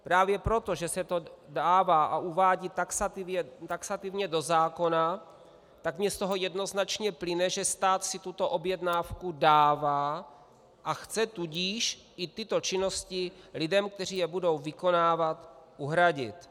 Právě proto, že se to dává a uvádí taxativně do zákona, tak mi z toho jednoznačně plyne, že stát si tuto objednávku dává, a chce tudíž i tyto činnosti lidem, kteří je budou vykonávat, uhradit.